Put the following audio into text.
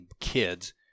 kids